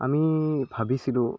আমি ভাবিছিলোঁ